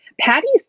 patty's